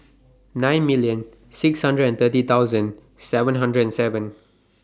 nine million six hundred and thirty thousand seven hundred and seven